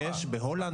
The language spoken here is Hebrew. בהולנד,